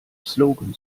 slogan